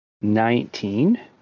nineteen